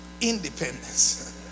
independence